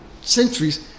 centuries